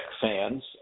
fans